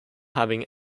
having